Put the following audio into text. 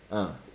ah